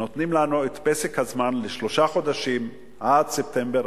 נותנים לנו את פסק הזמן לשלושה חודשים, עד ספטמבר.